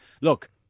Look